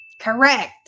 Correct